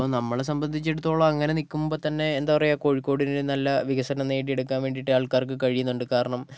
ഇപ്പോൾ നമ്മളെ സംബന്ധിച്ചിടത്തോളം അങ്ങനെ നിൽക്കുമ്പോൾ തന്നെ എന്താ പറയുക കോഴിക്കോടിന് ഒരു നല്ല വികസനം നേടിയെടുക്കാൻ വേണ്ടിയിട്ട് ആൾക്കാർക്ക് കഴിയുന്നുണ്ട് കാരണം